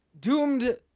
doomed